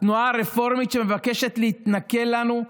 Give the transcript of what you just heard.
התנועה הרפורמית, שמבקשת להתנכל לנו,